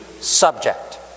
subject